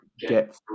get